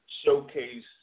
showcase